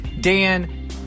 Dan